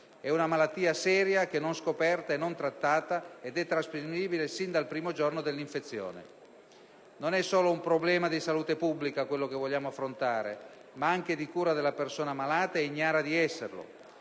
È una malattia seria che, non scoperta e non trattata, è trasmissibile sin dal primo giorno dell'infezione. Non è solo un problema di salute pubblica quello che vogliamo affrontare, ma anche di cura della persona malata ed ignara di esserlo.